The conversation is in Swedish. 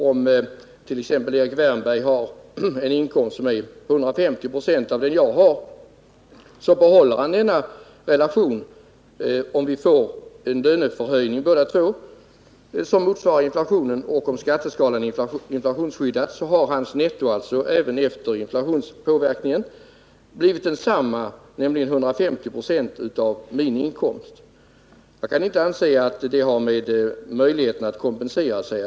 Om Erik Wärnberg t.ex. har en inkomst som är 150 96 av den jag har, behåller vi denna relation om vi båda två får en löneförhöjning som motsvarar inflationen. Om skatteskalan inflationsskyddas, har hans netto alltså även efter denna inflationspåverkan förblivit detsamma relativt sett, nämligen 150 96 av min inkomst. Jag kan således inte anse att detta har någonting att göra med möjligheten att kompensera sig.